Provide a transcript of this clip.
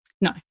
No